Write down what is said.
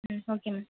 ம் okay ma'am